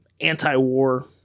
anti-war